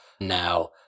now